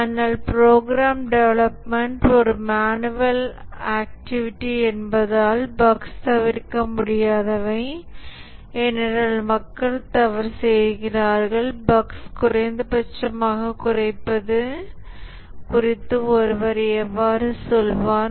ஆனால் program development ஒரு manual activity என்பதால் பஃக்ஸ் தவிர்க்க முடியாதவை ஏனென்றால் மக்கள் தவறு செய்கிறார்கள் பஃக்ஸ் குறைந்தபட்சமாகக் குறைப்பது குறித்து ஒருவர் எவ்வாறு செல்வார்